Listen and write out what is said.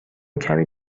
کمی